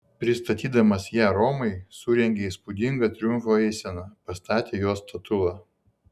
pristatydamas ją romai surengė įspūdingą triumfo eiseną pastatė jos statulą